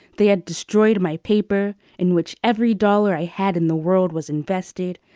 they had destroyed my paper, in which every dollar i had in the world was invested.